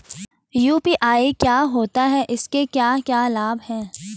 UPI क्या होता है इसके क्या क्या लाभ हैं?